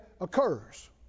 occurs